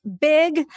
big